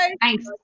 Thanks